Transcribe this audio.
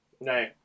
No